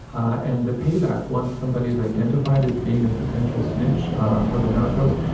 and the payback, once somebody is identified as being a potential snitch for the narcos,